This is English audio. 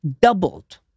Doubled